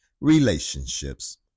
Relationships